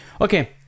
Okay